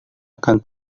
akan